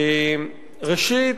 ראשית,